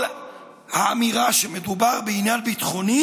כל האמירה שמדובר בעניין ביטחוני